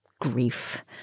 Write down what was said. grief